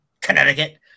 Connecticut